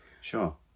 Sure